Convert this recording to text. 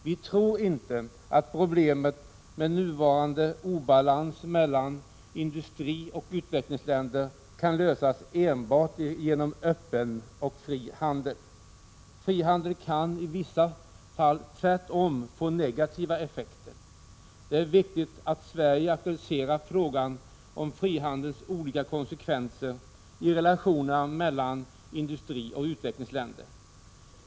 Vi tror inte att problemet med nuvarande obalans mellan industrioch utvecklingsländer kan lösas enbart genom öppen och fri handel. Frihandeln kan i vissa fall tvärtom få negativa effekter. Det är viktigt att Sverige aktualiserar frågan om frihandelns olika konsekvenser för relationerna mellan industrioch utvecklingsländer.